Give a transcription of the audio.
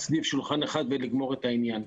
סביב שולחן אחד ולגמור את העניין.